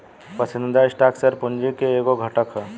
पसंदीदा stock share पूंजी के एगो घटक ह